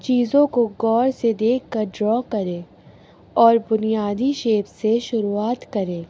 چیزوں کو غور سے دیکھ کر ڈرا کریں اور بنیادی شیپ سے شروعات کرے